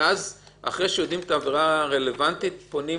אחרי שמגדירים את העבירה הרלוונטית מראש פונים